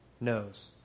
knows